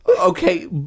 okay